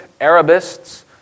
Arabists